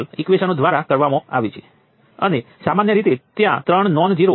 તેથી આપણે ફક્ત એન્ટ્રીઓને ડાબી બાજુએ લઈએ છીએ અને આપણી પાસે V V2 1 k V3 × k 0 છે